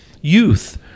Youth